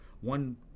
one